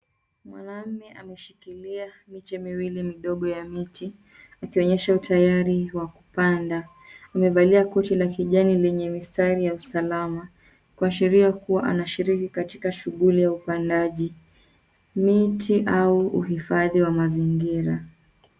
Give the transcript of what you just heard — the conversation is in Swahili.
Mwanaume ameshikilia miche miwili midogo ya miti, akionyesha utayari wa kupanda. Amevalia koti ya kijani lenye mistari ya usalama kuashiria kuwa anashiriki katika shughuli ya upandaji miti au uhifadhi wa mazingira.